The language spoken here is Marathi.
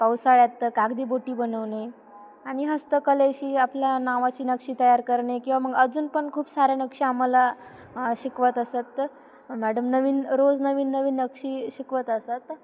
पावसाळ्यात कागदी बोटी बनवणे आणि हस्तकलेशी आपल्या नावाची नक्षी तयार करणे किंवा मग अजून पण खूप साऱ्या नक्षी आम्हाला शिकवत असत त मॅडम नवीन रोज नवीन नवीन नक्षी शिकवत असत